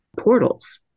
portals